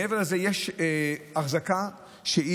מעבר לזה, יש אחזקה יזומה,